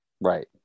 Right